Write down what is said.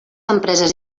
empreses